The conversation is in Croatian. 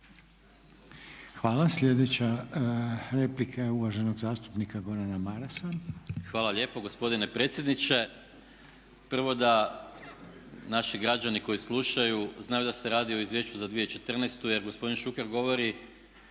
Hvala. Sljedeća replika je uvaženog zastupnika Gordana Marasa. **Maras, Gordan (SDP)** Hvala lijepo gospodine predsjedniče. Prvo da naši građani koji slušaju znaju da se radi o Izvješću za 2014. jer gospodin Šuker govori